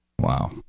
Wow